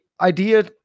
idea